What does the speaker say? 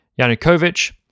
Yanukovych